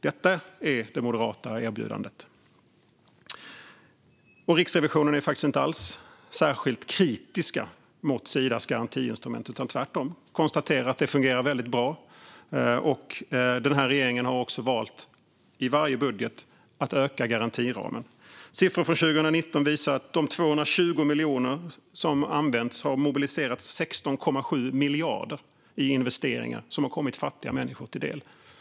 Detta är det moderata erbjudandet. Riksrevisionen är faktiskt inte alls särskilt kritisk mot Sidas garantiinstrument utan konstaterar tvärtom att det fungerar väldigt bra. Den här regeringen har också valt att i varje budget öka garantiramen. Siffror från 2019 visar att de 220 miljoner som använts har mobiliserat 16,7 miljarder i investeringar som har kommit fattiga människor till del.